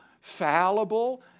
fallible